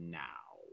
now